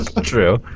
true